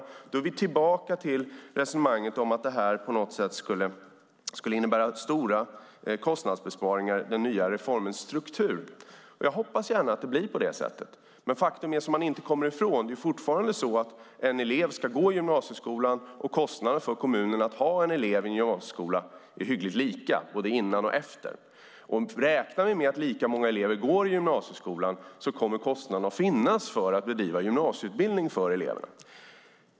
Vi kommer då tillbaka till resonemanget att detta på något sätt skulle innebära stora kostnadsbesparingar i den nya reformens struktur. Jag hoppas gärna att det blir på det sättet, Det faktum man inte kommer ifrån är dock att det fortfarande är så att en elev ska gå i gymnasieskolan, och kostnaderna för kommunen att ha en elev i gymnasieskola är hyggligt lika såväl före som efter. Räknar vi med att lika många elever går i gymnasieskolan kommer kostnaderna för att bedriva gymnasieutbildning för eleverna att finnas.